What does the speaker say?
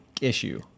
issue